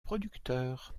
producteur